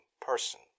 person